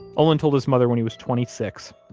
olin told his mother when he was twenty six.